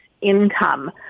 income